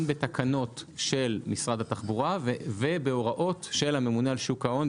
בתקנות של משרד התחבורה ובהוראות של הממונה על שוק ההון,